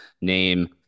name